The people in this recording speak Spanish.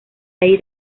ahí